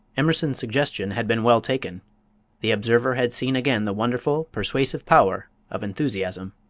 emerson's suggestion had been well taken the observer had seen again the wonderful, persuasive power of enthusiasm!